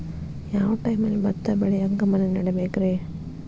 ಯಾವ್ ಟೈಮಲ್ಲಿ ಭತ್ತ ಬೆಳಿಯಾಕ ಗಮನ ನೇಡಬೇಕ್ರೇ?